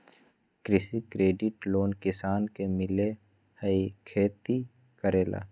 कृषि credit loan किसान के मिलहई खेती करेला?